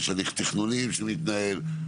יש הליך תכנוני שמתנהל,